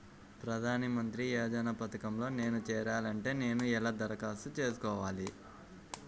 ప్రధాన మంత్రి యోజన పథకంలో నేను చేరాలి అంటే నేను ఎలా దరఖాస్తు చేసుకోవాలి?